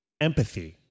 empathy